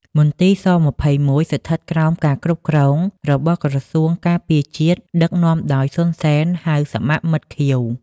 មន្ទីរស-២១ ស្ថិតក្រោមការគ្រប់គ្រងរបស់ក្រសួងការពារជាតិដឹកនាំដោយ សុន សេន ហៅ សមមិត្តខៀវ។